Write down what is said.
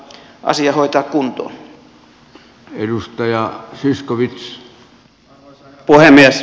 arvoisa herra puhemies